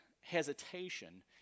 hesitation